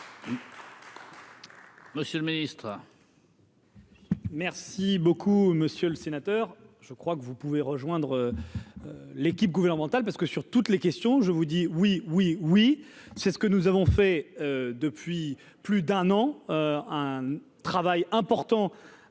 Monsieur le Ministre.